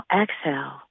exhale